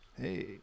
Hey